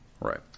Right